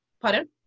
Pardon